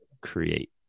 create